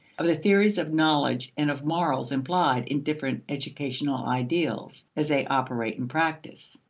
of the theories of knowledge and of morals implied in different educational ideals as they operate in practice.